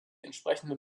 entsprechenden